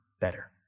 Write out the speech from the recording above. better